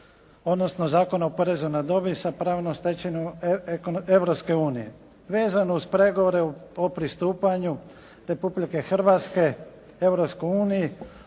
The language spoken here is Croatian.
odnosno Zakona o porezu na dobit sa pravnom stečevinom Europske unije. Vezano uz pregovore o pristupanju Republike Hrvatske